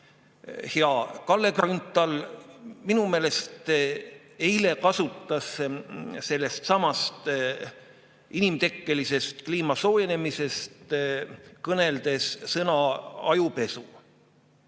Hea Kalle Grünthal minu meelest eile kasutas sellestsamast inimtekkelisest kliima soojenemisest kõneldes sõna "ajupesu".